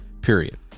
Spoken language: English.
Period